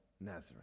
Nazareth